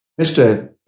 Mr